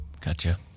Gotcha